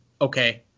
okay